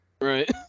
Right